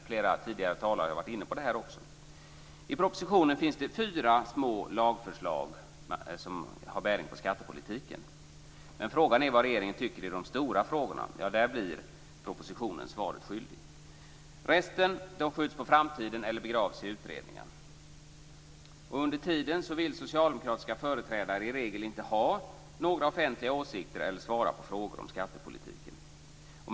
Flera tidigare talare har varit inne på det. I propositionen finns det fyra små lagförslag med bäring på skattepolitiken. Men vad tycker regeringen i de stora frågorna? Där blir propositionen svaret skyldigt. Resten skjuts på framtiden eller begravs i utredningar. Under tiden vill socialdemokratiska företrädare i regel inte ha några offentliga åsikter eller svara på frågor om skattepolitiken.